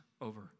over